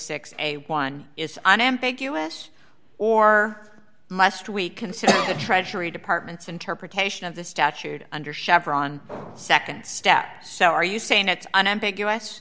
six a one is an ambiguous or must we consider the treasury department's interpretation of the statute under chevron nd step so are you saying that's an ambiguous